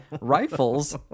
rifles